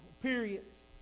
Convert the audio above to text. periods